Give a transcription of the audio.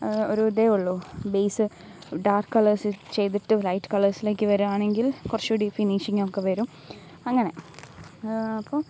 ഒരു ഇതേ ഉള്ളൂ ബേസ് ഡാർക്ക് കളേർസ് ചെയ്തിട്ട് ലൈറ്റ് കളേർസിലേക്ക് വരുകയാണെങ്കിൽ കുറച്ചുകൂടി ഫിനിഷിങ്ങൊക്കെ വരും അങ്ങനെ അപ്പോള്